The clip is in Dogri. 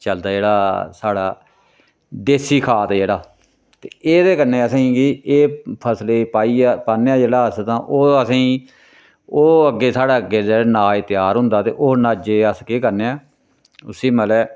चलदा जेह्ड़ा साढ़ा देसी खाद जेह्ड़ा ते एह्दे कन्नै असेंगी एह् फसलै च पाइयै पान्ने आं जेह्ड़ा अस तां ओह् असेंगी ओह् अग्गें साढ़ा अग्गें जेह्ड़ा नाज त्यार होदां ते ओह् नाजै अस केह् करने आं उसी मतलब